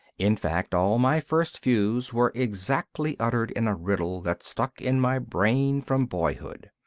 in fact, all my first views were exactly uttered in a riddle that stuck in my brain from boyhood.